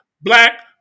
black